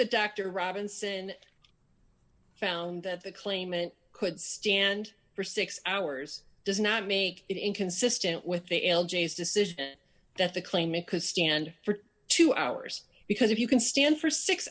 that doctor robinson found that the claimant could stand for six hours does not make it inconsistent with the l j's decision that the claimant could stand for two hours because if you can stand for six